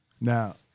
Now